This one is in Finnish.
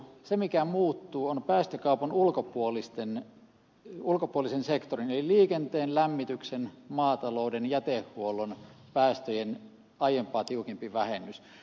se mikä muuttuu on päästökaupan ulkopuolisen sektorin eli liikenteen lämmityksen maatalouden jätehuollon päästöjen aiempaa tiukempi vähennys